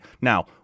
Now